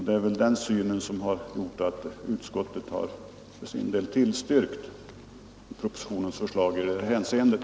Det är väl den synpunkten som har gjort att utskottet för sin del har tillstyrkt propositionens förslag i det här hänseendet.